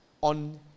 on